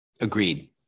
Agreed